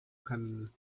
caminho